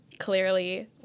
Clearly